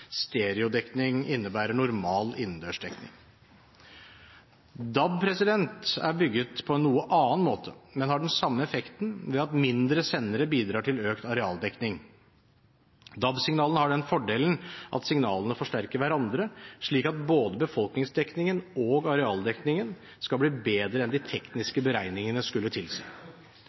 Stereodekning innebærer normal innendørsdekning. DAB er bygd på en noe annen måte, men har den samme effekten ved at mindre sendere bidrar til økt arealdekning. DAB-signalene har den fordelen at signalene forsterker hverandre, slik at både befolkningsdekningen og arealdekningen skal bli bedre enn de tekniske beregningene skulle tilsi.